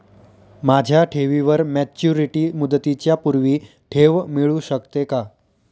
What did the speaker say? माझ्या ठेवीवर मॅच्युरिटी मुदतीच्या पूर्वी ठेव मिळू शकते का?